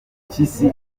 mpyisi